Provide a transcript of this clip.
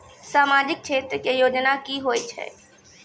समाजिक क्षेत्र के योजना की होय छै?